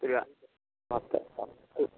പത്ത് പത്ത്